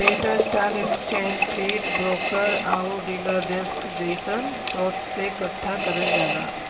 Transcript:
data stock exchange feed, broker आउर dealer desk जइसन स्रोत से एकठ्ठा करल जाला